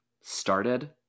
started